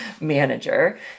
manager